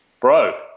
Bro